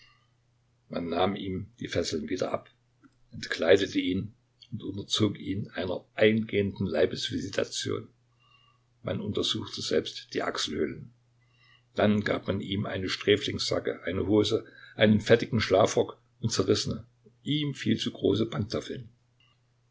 man nahm ihm die fesseln wieder ab entkleidete ihn und unterzog ihn einer eingehenden leibesvisitation man untersuchte selbst die achselhöhlen dann gab man ihm eine sträflingsjacke eine hose einen fettigen schlafrock und zerrissene ihm viel zu große pantoffeln